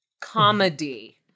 Comedy